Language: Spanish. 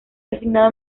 designado